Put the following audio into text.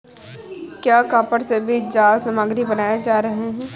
क्या कॉपर से भी जाल सामग्री बनाए जा रहे हैं?